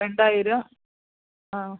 രണ്ടായിരം ആ